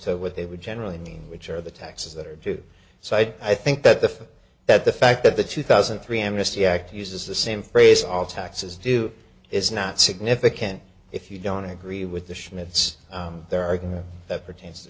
to what they would generally mean which are the taxes that are due so i think that the that the fact that the two thousand and three amnesty act uses the same phrase all taxes do is not significant if you don't agree with the schmitz their argument that pertains to